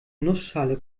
nussschale